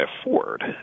afford